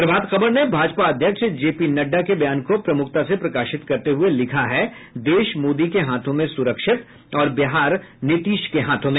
प्रभात खबर ने भाजपा अध्यक्ष J P Nadda के बयान को प्रमुखता से प्रकाशित करते हुये लिखा है देश मोदी के हाथों में सुरक्षित और बिहार नीतीश के हाथों में